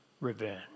revenge